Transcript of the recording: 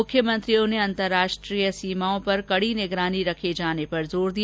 मुख्यमंत्रियों ने अंतरराष्ट्रीय सीमाओं पर कड़ी निगरानी रखे जाने पर जोर दिया